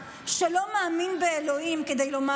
שרן, הוא לא שאל אותו, הוא לא שאל אותו.